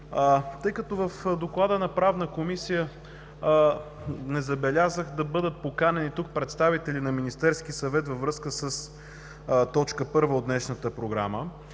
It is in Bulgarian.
Тъй като в доклада на Правната комисия не забелязах да бъдат поканени тук представители на Министерския съвет във връзка с точка първа от днешната програма,